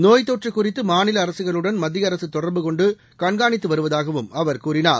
நோய் தொற்று குறித்து மாநில அரசுகளுடன் மத்திய அரசு தொடர்பு கொண்டு கண்காணித்து வருவதாகவும் அவர் கூறினார்